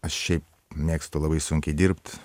aš šiaip mėgstu labai sunkiai dirbt